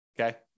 Okay